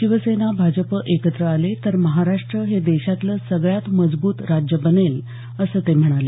शिवसेना भाजप एकत्र आले तर महाराष्ट हे देशातलं सगळ्यात मजबूत राज्य बनेल असं ते म्हणाले